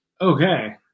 Okay